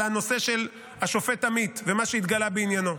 הנושא של השופט עמית ומה שהתגלה בעניינו.